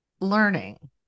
learning